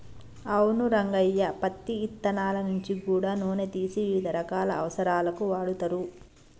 అవును రంగయ్య పత్తి ఇత్తనాల నుంచి గూడా నూనె తీసి వివిధ రకాల అవసరాలకు వాడుతరు